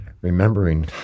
remembering